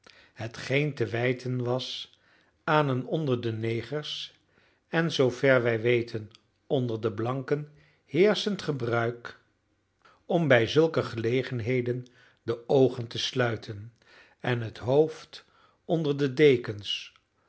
hetgeen te wijten was aan een onder de negers en zoover wij weten onder de blanken heerschend gebruik om bij zulke gelegenheden de oogen te sluiten en het hoofd onder de dekens